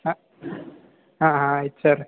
ಹಾಂ ಹಾಂ ಹಾಂ ಆಯ್ತು ಸರ್